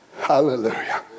Hallelujah